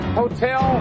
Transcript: hotel